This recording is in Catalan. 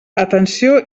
atenció